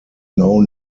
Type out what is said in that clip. now